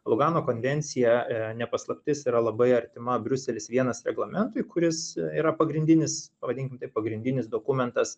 lugano konvencija ne paslaptis yra labai artima briuselis vienas reglamentui kuris yra pagrindinis pavadinkim taip pagrindinis dokumentas